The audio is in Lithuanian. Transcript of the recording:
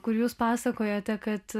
kur jūs pasakojote kad